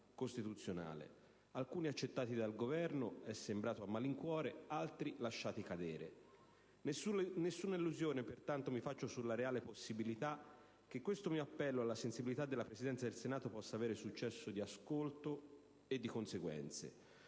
costituzionale: alcuni accettati dal Governo (è sembrato a malincuore), altri lasciati cadere. Nessuna illusione pertanto mi faccio sulla reale possibilità che questo mio appello alla sensibilità della Presidenza del Senato possa avere successo di ascolto e di conseguenze.